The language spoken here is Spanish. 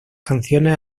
canciones